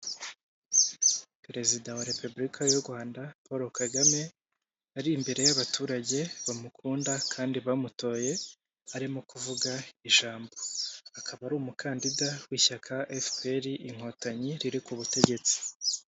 Perezida wa Repubulika y'u Rwanda Paul Kagame, ari imbere y'abaturage bamukunda kandi bamutoye arimo kuvuga ijambo, akaba ari umukandida w'ishyaka FPR inkotanyi riri ku butegetsi.